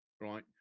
right